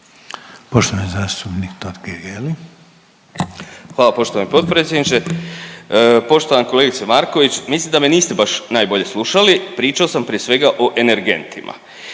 **Totgergeli, Miro (HDZ)** Hvala poštovani potpredsjedniče. Poštovana kolegice Marković, mislim da me niste baš najbolje slušali. Pričao sam prije svega o energentima.